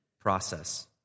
process